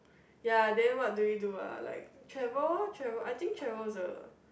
ya then what do we do ah like travel travel I think travel is a